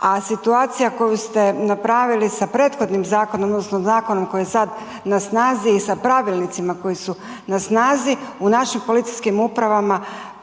a situacija koju ste napravili sa prethodnim zakonom odnosno zakonom koji je sad na snazi i sa pravilnicima koji su na snazi u našim policijskim upravama